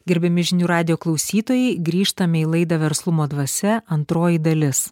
gerbiami žinių radijo klausytojai grįžtame į laidą verslumo dvasia antroji dalis